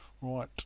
right